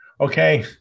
Okay